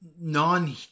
non